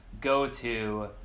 go-to